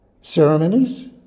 ceremonies